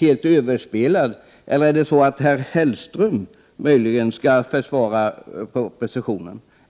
helt överspelad. Eller kommer möjligen herr Hellström att försvara propositionen?